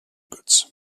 goods